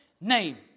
name